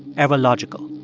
ever logical.